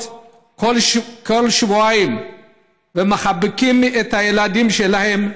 כל שבועיים ומחבקים את הילדים שלהם,